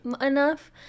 enough